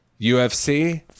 UFC